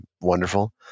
wonderful